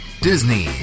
Disney